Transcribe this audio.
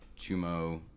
Chumo